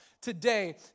today